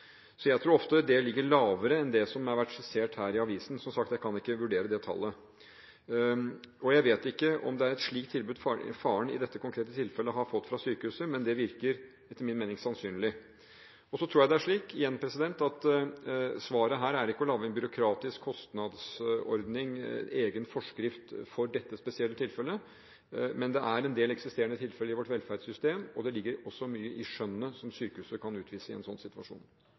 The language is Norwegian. Så jeg tror ofte beløpet ligger lavere enn det som har vært skissert i avisen. Som sagt, jeg kan ikke vurdere det tallet, og jeg vet ikke om det er et slikt tilbud faren i dette konkrete tilfellet har fått fra sykehuset, men det virker etter min mening sannsynlig. Så tror jeg det er slik – igjen – at svaret her ikke er å lage en byråkratisk kostnadsordning, en egen forskrift for dette spesielle tilfellet, men det er en del eksisterende tilfeller i vårt velferdssystem, og det ligger også mye i skjønnet som sykehuset kan utvise i en sånn situasjon.